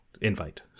invite